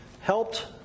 helped